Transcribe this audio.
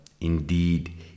Indeed